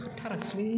ओंखारथाराखिसैलै